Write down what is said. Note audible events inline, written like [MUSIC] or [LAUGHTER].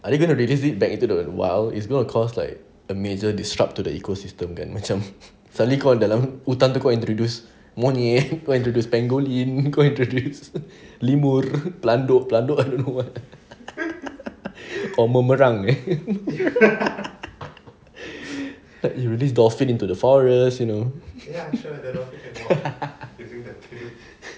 they're gonna released back into the wild it's gonna cause like a major disrupt to the ecosystem then macam suddenly kau dalam hutan tu kau introduce monyet kau introduce pangolin kau introduce lemur pelanduk I don't know what [LAUGHS] or [LAUGHS] it released dolphin into the forest you know [LAUGHS]